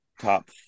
top